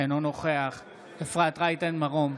אינו נוכח אפרת רייטן מרום,